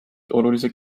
oluliselt